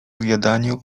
zjadaniu